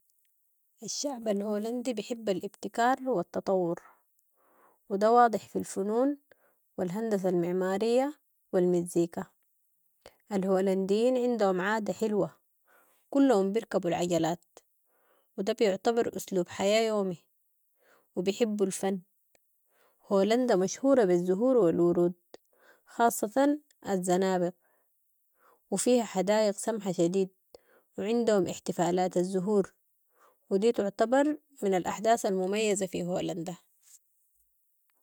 الشعب الهولندي بحب الابتكار و التطور و ده واضح في الفنون الهندسة المعمارية و المزيكا. الهولنديين عندهم عادة حلوة، كلهم بركبو العجلات و ده بيعتبر اسلوب حياة يومي و بحبوا الفن. هولندا مشهورة بالزهور و الورود، خاصة الزنابق و فيها حدايق سمحة شديد و عندهم احتفالات الزهور و دي تعتبر من ال احداث المميزة في هولندا.